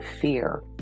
fear